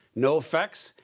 no effects.